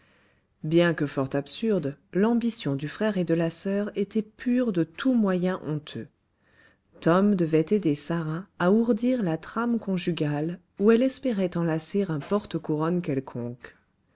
bien que fort absurde l'ambition du frère et de la soeur était pure de tout moyen honteux tom devait aider sarah à ourdir la trame conjugale où elle espérait enlacer un porte couronne quelconque